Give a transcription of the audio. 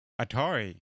Atari